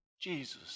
Jesus